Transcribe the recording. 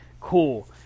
cool